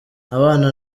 abana